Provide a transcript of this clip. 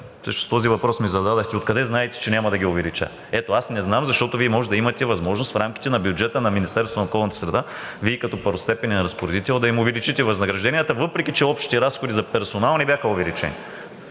че… Този въпрос ми зададохте: „Откъде знаете, че няма да ги увелича?“ Ето, аз не знам, защото може да имате възможност в рамките на бюджета на Министерството на околната среда като първостепенен разпоредител да им увеличите възнагражденията, въпреки че общите разходи за персонал не бяха увеличени,